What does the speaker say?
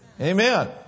Amen